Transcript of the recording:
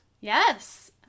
Yes